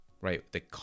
right